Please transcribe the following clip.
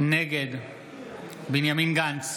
נגד בנימין גנץ,